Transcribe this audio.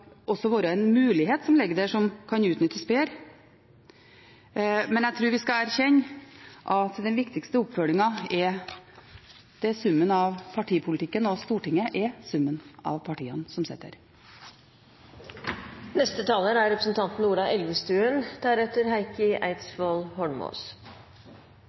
være en mulighet som ligger der, som kan utnyttes bedre, men jeg tror vi skal erkjenne at den viktigste oppfølgingen er summen av partipolitikken, og Stortinget er summen av partiene som sitter der. Jeg vil også først takke stortingspresidenten for interpellasjonen. Jeg tror det er